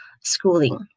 schooling